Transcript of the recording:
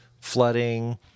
flooding